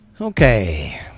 Okay